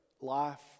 life